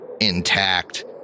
intact